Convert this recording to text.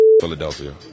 Philadelphia